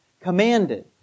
commanded